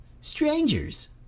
strangers